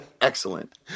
excellent